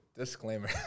Disclaimer